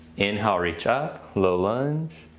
inhale reach up, low lunge.